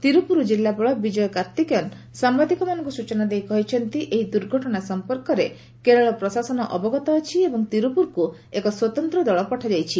ତିର୍ପୁର୍ ଜିଲ୍ଲାପାଳ ବିଜୟ କାର୍ତ୍ତିକେୟନ୍ ସାମ୍ବାଦିକମାନଙ୍କୁ ସୂଚନା ଦେଇ କହିଛନ୍ତି ଏହି ଦୁର୍ଘଟଣା ସଂପର୍କରେ କେରଳ ପ୍ରଶାସନ ଅବଗତ ଅଛି ଏବଂ ତିରୁପୁରକୁ ଏକ ସ୍ୱତନ୍ତ୍ର ଦଳ ପଠାଯାଇଛି